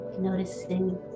noticing